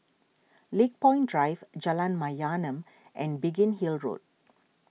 Lakepoint Drive Jalan Mayaanam and Biggin Hill Road